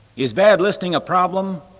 is bad listening a problem?